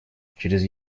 через